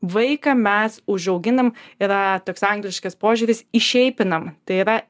vaiką mes užauginam yra toks angliškas požiūris įšeipinam tai yra